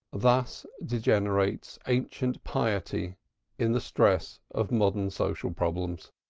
thus degenerates ancient piety in the stress of modern social problems.